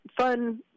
fun